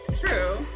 True